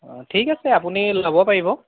অ ঠিক আছে আপুনি ল'ব পাৰিব